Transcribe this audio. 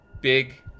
big